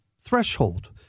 threshold